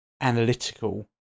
analytical